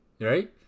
right